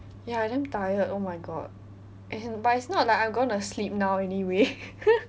ya I damn tired oh my god as in but it's not like I'm gonna sleep now anyway